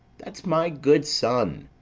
that's my good son!